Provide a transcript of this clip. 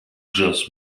just